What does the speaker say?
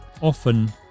often